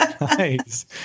Nice